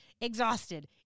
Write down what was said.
exhausted